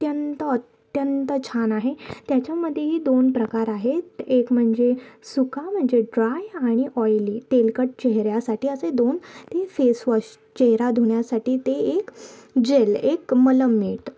अत्यंत अत्यंत छान आहे त्याच्यामध्येही दोन प्रकार आहेत एक म्हणजे सुका म्हणजे ड्राय आणि ऑइली तेलकट चेहऱ्यासाठी असे दोन ते फेसवॉश चेहरा धुण्यासाठी ते एक जेल एक मलम मिळतो